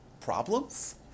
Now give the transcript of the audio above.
problems